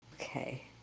Okay